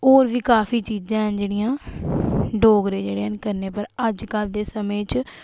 होर बी क़ाफी चीज़ां हैन जेह्ड़ियां डोगरे जेह्ड़े न करने न पर अज्जकल दे समें च